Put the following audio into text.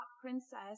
princess